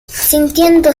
sintiendo